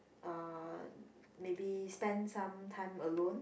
uh maybe spend some time alone